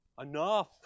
Enough